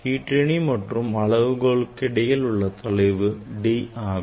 கீற்றிணி மற்றும் அளவுகோல்களுக்கு இடையில் உள்ள தொலைவு D ஆகும்